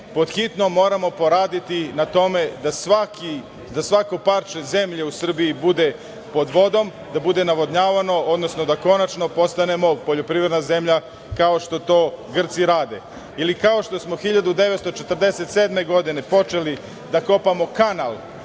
hitno moramo poraditi na tome da svako parče zemlje u Srbiji bude pod vodom, da bude navodnjavano, odnosno da konačno postanemo poljoprivredna zemlja, kao što to Grci rade, ili kao što smo 1947. godine počeli da kopamo kanal